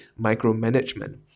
micromanagement